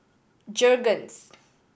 Jergens